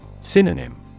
Synonym